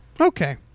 Okay